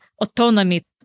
autonomy